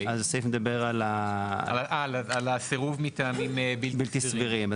על סירוב מטעמים בלתי-סבירים?